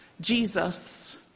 Jesus